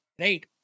Right